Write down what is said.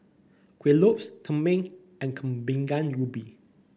Kueh Lopes tumpeng and Kueh Bingka Ubi